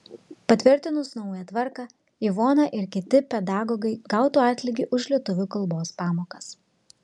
patvirtinus naują tvarką ivona ir kiti pedagogai gautų atlygį už lietuvių kalbos pamokas